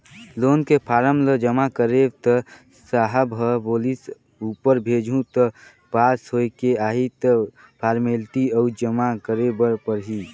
loan के form ल जमा करेंव त साहब ह बोलिस ऊपर भेजहूँ त पास होयके आही त फारमेलटी अउ जमा करे बर परही